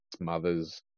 mother's